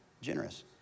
generous